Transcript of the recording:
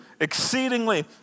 exceedingly